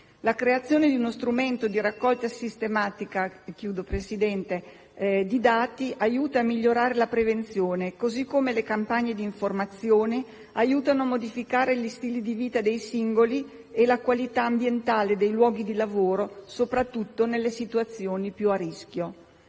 La creazione di uno strumento di raccolta sistematica di dati aiuta a migliorare la prevenzione, così come le campagne di informazione aiutano a modificare gli stili di vita dei singoli e la qualità ambientale dei luoghi di lavoro, soprattutto nelle situazioni più a rischio.